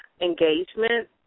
engagement